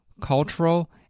cultural